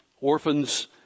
orphans